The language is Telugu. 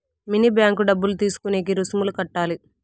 మినీ బ్యాంకు డబ్బులు తీసుకునేకి రుసుములు కట్టాలి